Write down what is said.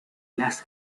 las